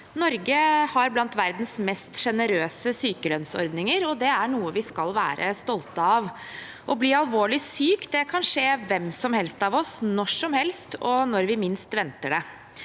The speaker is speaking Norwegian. Norge har blant verdens mest generøse sykelønnsordninger, og det er noe vi skal være stolte av. Å bli alvorlig syk kan skje hvem som helst av oss – når som helst, og når vi minst venter det.